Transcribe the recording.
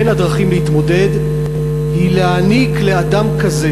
בין הדרכים להתמודד היא להעניק לאדם כזה